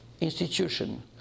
institution